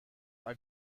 are